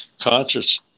conscious